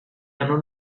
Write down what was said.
hanno